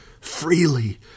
freely